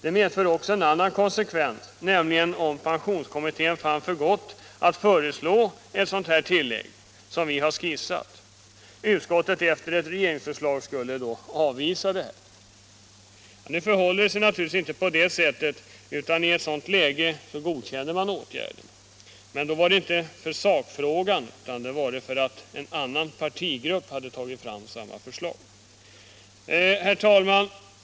Det kan också medföra en annan konsekvens, nämligen om utskottet, sedan pensionskommittén funnit för gott att föreslå ett sådant tillägg som det vi har skisserat, avvisar ett regeringsförslag om detta. Nu förhåller det sig naturligtvis inte på det sättet utan i ett sådant läge skulle man godkänna åtgärden. Men det vore då inte på grund av sakfrågan utan därför att en annan partigrupp lagt fram samma förslag. Herr talman!